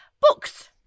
Books